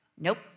Nope